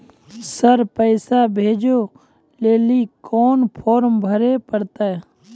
Sir पैसा भेजै लेली कोन फॉर्म भरे परतै?